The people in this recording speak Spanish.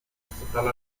estatal